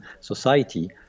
society